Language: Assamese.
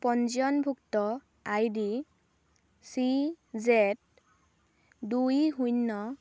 পঞ্জীয়নভুক্ত আইডি চি যেড দুই শূন্য